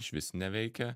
išvis neveikia